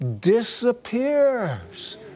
disappears